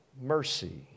mercy